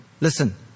listen